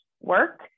work